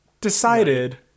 decided